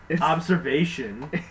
observation